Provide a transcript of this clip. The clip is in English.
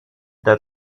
that